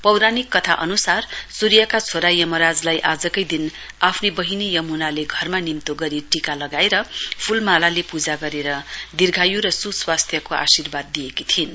पौराणिक कथा अनुसार सूर्यका छोरा यमराजली आजकै दिन आफ्नी बहिनी यमुनाले घरमा निम्तो गरी टिका लगाएर फूलमालाले पूजा गरेर दीर्घायु र सुस्वास्थ्यो आर्शिवाद दिएकी थिइन्